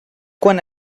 quan